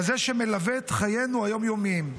כזה שמלווה את חיינו היום-יומיים,